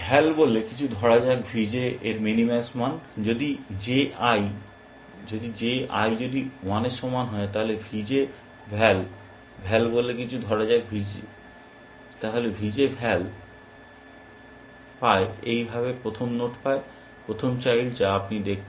val বলে কিছু ধরা যাক V J এর মিনিম্যাক্স মান যদি J i যদি 1 এর সমান হয় তাহলে V J val পায় এইভাবে প্রথম নোড পায় প্রথম চাইল্ড যা আপনি দেখেছেন